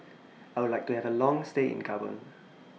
I Would like to Have A Long stay in Gabon